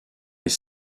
les